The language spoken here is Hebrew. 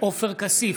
עופר כסיף,